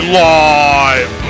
live